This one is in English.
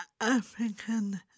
African